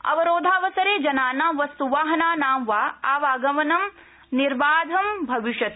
अवरोधावसरे जनानां वस्तुवाहनानां वा आवागमनं निर्वाधं भविष्यति